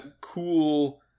cool